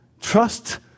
trust